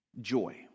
joy